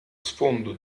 sfondo